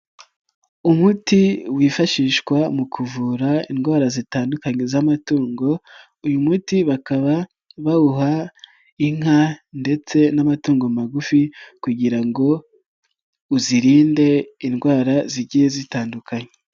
Umuti wifashishwa mu kuvura indwara zitandukanye z'amatungo, uyu muti bakaba bawuha inka ndetse n'amatungo magufi kugira ngo uzirinde indwara zigiye zitandukanye.